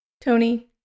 Tony